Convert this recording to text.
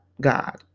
God